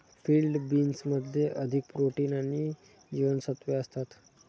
field बीन्समध्ये अधिक protein आणि जीवनसत्त्वे असतात